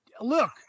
Look